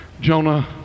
Jonah